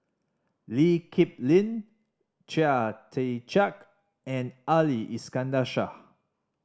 Lee Kip Lin Chia Tee Chiak and Ali Iskandar Shah